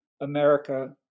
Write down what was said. America